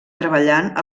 treballant